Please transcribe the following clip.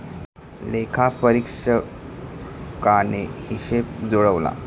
लेखापरीक्षकाने हिशेब जुळवला